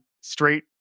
straight